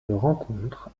rencontre